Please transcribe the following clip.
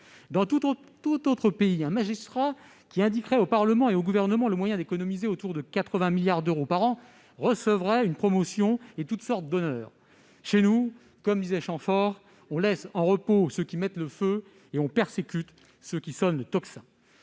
Dans tout autre pays, un magistrat qui indiquerait au Parlement et au Gouvernement le moyen d'économiser autour de 80 milliards d'euros par an recevrait une promotion et toutes sortes d'honneurs. Chez nous, comme disait Chamfort, « on laisse en repos ceux qui mettent le feu et on persécute ceux qui sonnent le tocsin